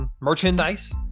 merchandise